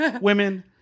women